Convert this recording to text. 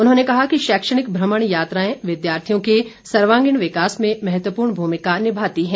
उन्होंने कहा कि शैक्षणिक भ्रमण यात्राएं विद्यार्थियों के सर्वांगीण विकास में महत्वपूर्ण भूमिका निभाती है